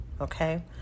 Okay